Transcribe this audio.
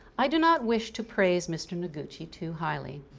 i do not wish to praise mr. noguchi too highly.